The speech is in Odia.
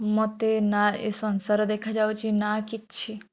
ମୋତେ ନା ଏ ସଂସାର ଦେଖାଯାଉଛି ନା କିଛି